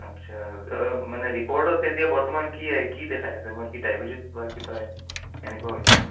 আচ্ছা মানে ৰিপৰ্টত এতিয়া বৰ্তমান কি আহি কি দেখাই আছে মোৰ কি ডায়েবেটিছ কিবা এনেকুৱা হৈছে নেকি